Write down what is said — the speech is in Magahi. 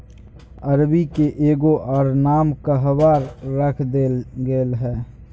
अरबी के एगो और नाम कहवा रख देल गेलय हें